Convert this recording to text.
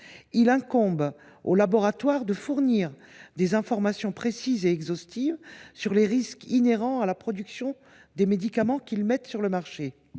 Il incombe aux laboratoires de fournir des informations précises et exhaustives sur les risques inhérents à la production des médicaments qu’ils mettent sur le marché.